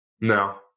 No